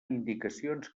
indicacions